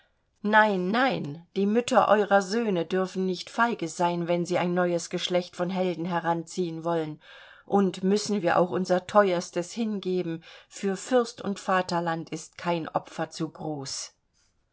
nein nein die mütter eurer söhne dürfen nicht feige sein wenn sie ein neues geschlecht von helden heranziehen wollen und müssen wir auch unser teuerstes hingeben für fürst und vaterland ist kein opfer zu groß